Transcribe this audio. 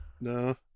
no